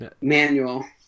manual